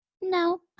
no